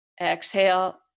Exhale